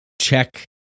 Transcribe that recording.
check